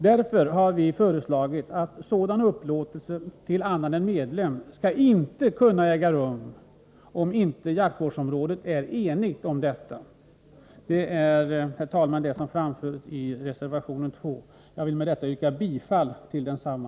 Därför har vi föreslagit att upplåtelse till annan än medlem inte skall kunna äga rum, om inte jaktvårdsområdesföreningen är enig om detta. Det är detta, herr talman, som framförts i reservation 2. Jag vill med det anförda yrka bifall till densamma.